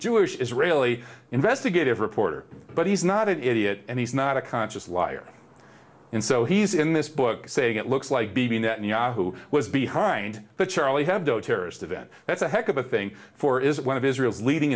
jewish israeli investigative reporter but he's not an idiot and he's not a conscious liar and so he's in this book saying it looks like bibi netanyahu was behind the charlie hebdo terrorist event that's a heck of a thing for is one of israel's leading